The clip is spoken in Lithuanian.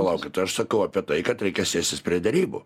palaukit aš sakau apie tai kad reikia sėstis prie derybų